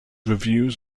reviews